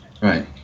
right